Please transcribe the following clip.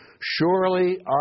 Surely